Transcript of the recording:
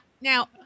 now